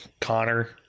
Connor